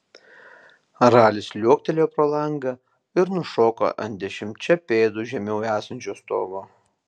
ralis liuoktelėjo pro langą ir nušoko ant dešimčia pėdų žemiau esančio stogo